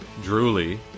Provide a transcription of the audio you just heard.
drooly